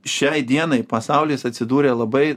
šiai dienai pasaulis atsidūrė labai